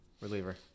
reliever